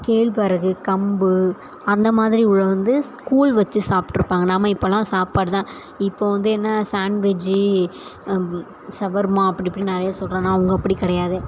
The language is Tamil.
கேழ்வரகு கம்பு அந்த மாதிரி உள்ள வந்து கூழ் வச்சு சாப்பிட்டுருப்பாங்க நம்ம இப்போன்னா சாப்பாடு தான் இப்போ வந்து என்ன சான்விஜ்ஜி சவர்மா அப்படி இப்படின்னு நிறைய சொல்லுறன்னா அவங்க அப்படி கிடையாது